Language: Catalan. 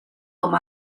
com